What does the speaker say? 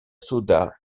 soda